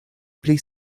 pli